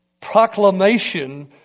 proclamation